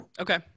Okay